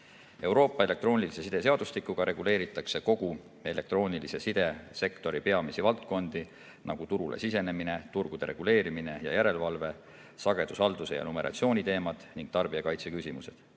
Euroopa elektroonilise side seadustikuga reguleeritakse kogu elektroonilise side sektori peamisi valdkondi, nagu turule sisenemine, turgude reguleerimine ja järelevalve, sagedushalduse ja numeratsiooni teemad ning tarbijakaitse küsimused.